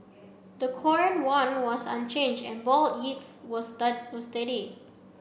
the Korean won was unchanged and bond were steady